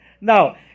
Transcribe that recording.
Now